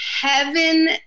heaven